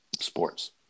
sports